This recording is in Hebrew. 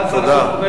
תודה.